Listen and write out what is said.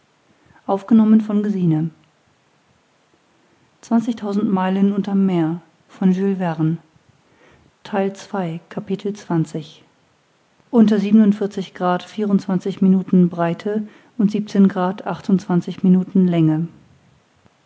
südlicher breite und